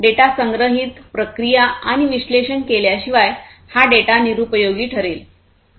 data संग्रहित प्रक्रिया आणि विश्लेषण केल्याशिवाय हा डेटा निरुपयोगी ठरेल